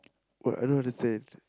but I don't understand